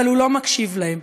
אבל הוא לא מקשיב להם.